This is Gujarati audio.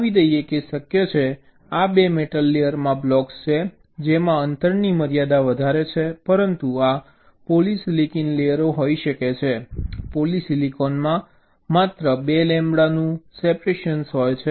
જણાવી દઈએ કે શક્ય છે કે આ 2 મેટલ લેયરમાં બ્લોક્સ છે જેમાં અંતરની મર્યાદા વધારે છે પરંતુ આ પોલિસિલિકન લેયરો હોઈ શકે છે પોલિસિલિકોનમાં માત્ર 2 લેમ્બડા નું સેપરેશન હોય છે